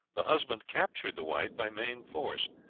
the husband captured the wife by main force,